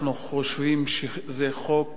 אנחנו חושבים שזה חוק